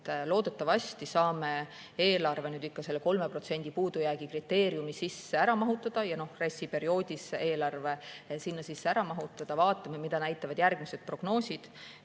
Loodetavasti saame eelarve ikka selle 3% puudujäägi kriteeriumi sisse ära mahutada ja RES-i perioodis eelarve sinna sisse ära mahutada. Vaatame, mida näitavad järgmised prognoosid.